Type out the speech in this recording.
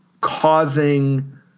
causing